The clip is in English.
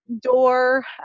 door